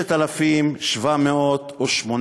6,718?